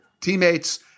teammates